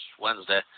Wednesday